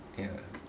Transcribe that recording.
ya